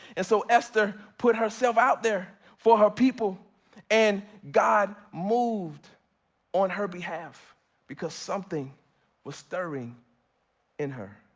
and so esther put herself out there for her people and god moved on her behalf because something was stirring in her.